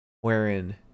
wherein